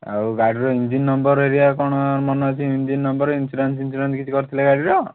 ଆଉ ଗାଡ଼ିର engine number ହେରିକା କ'ଣ ମନେ ଅଛି ଇଞ୍ଜିନ୍ ନମ୍ବର ଇନ୍ସ୍ୟୁରାନ୍ସ୍ ଫିନ୍ସ୍ୟୁରାନ୍ସ୍ କରିଥିଲେ ଗାଡ଼ିର